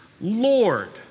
lord